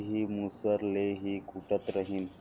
एही मूसर ले ही कूटत रहिन